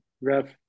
Ref